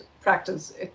practice